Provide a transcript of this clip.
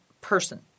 person